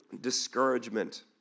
Discouragement